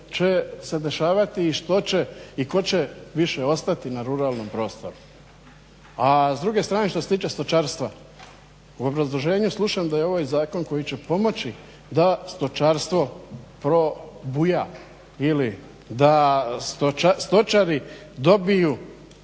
će se dešavati i što će i tko će više ostati na ruralnom prostoru. A s druge strane što se tiče stočarstva u obrazloženju slušam da je ovo zakon koji će pomoći da stočarstvo probuja ili da stočari dobiju